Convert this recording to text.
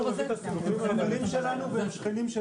12:35.